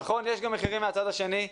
נכון שיש גם מחירים מהצד השני,